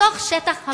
בתוך שטח המדינה.